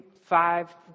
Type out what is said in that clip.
five